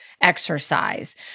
exercise